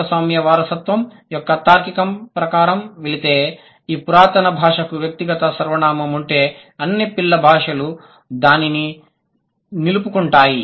భాగస్వామ్య వారసత్వం యొక్క తార్కికం ప్రకారం వెళితే ఈ పురాతన భాషకు వ్యక్తిగత సర్వనామం ఉంటే అన్ని పిల్ల భాషలు దానిని నిలుపుకుంటాయి